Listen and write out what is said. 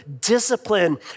discipline